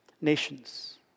nations